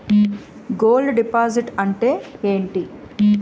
Gold deposit అంతే ఎంటి?